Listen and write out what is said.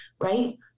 right